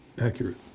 accurate